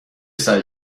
سعی